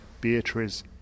Beatriz